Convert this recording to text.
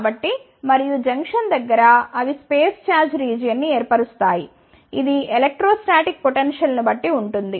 కాబట్టి మరియు జంక్షన్ దగ్గర అవి స్పేస్ ఛార్జ్ రీజియన్ని ఏర్పరుస్తాయి ఇది ఎలెక్ట్రోస్టాటిక్ పొటెన్షియల్ ను బట్టి ఉంటుంది